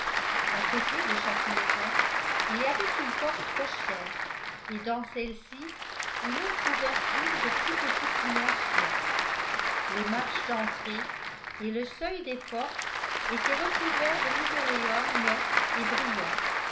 a côté de chaque maison il y avait une porte cochère et dans celle-ci une autre ouverture de plus petite dimension les marches d'entrée et le seuil des portes étaient recouverts de linoléums nets et brillants